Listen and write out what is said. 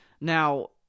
Now